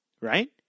right